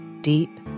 deep